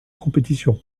compétition